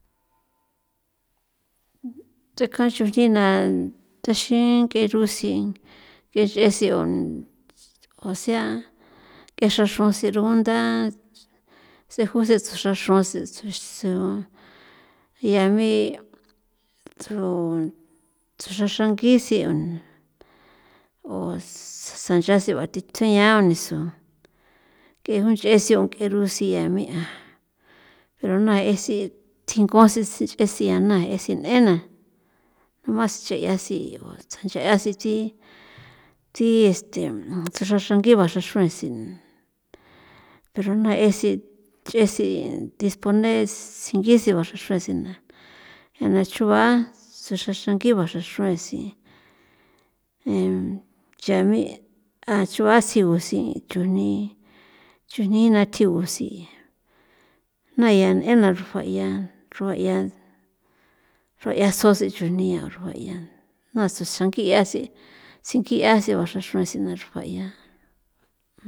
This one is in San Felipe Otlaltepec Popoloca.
ncheka chujnina taxin ng'erusin ng'e chesion o sea ke xra xrunse rugunda tseju tse xra xruse tsusu ya me tju tjo xrasangi sion o sancha si'ua thi tjuiaao nisu ke junch'e sion kerusie' mia ero na e si tjingo sesi esianaa esi n'ena nomas che'ia siu tsjan ye asi tsi thi este the xraxrangii ba xraxrauen si thexrana esi ch'esi dispone singisi ba xra xrue sina ana chuba tsu xraxra ngiva xraxruen si ee chami a chua sigu si chujni chujni na tjigu si jnaya n'ena xruaya rua'ia xrua'ia su sichujnia xrua'ian na so sangi'a si tsingi'a si o xra xruan sina xrua 'ia.